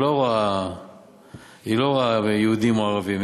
היא לא רואה יהודים או ערבים.